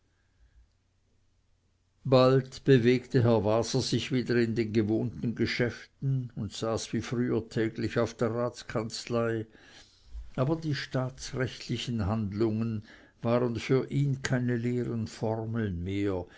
bald bewegte herr waser sich wieder in den gewohnten geschäften und saß wie früher täglich auf der ratskanzlei aber die staatsrechtlichen handlungen waren für ihn keine leeren formeln mehr